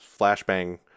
flashbang